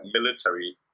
military